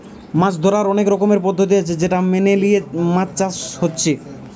মাছ ধোরার অনেক রকমের পদ্ধতি আছে সেটা মেনে লিয়ে মাছ চাষ হচ্ছে